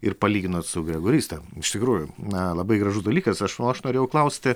ir palyginot su gregoryste iš tikrųjų na labai gražus dalykas aš o aš norėjau klausti